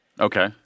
Okay